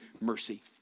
mercy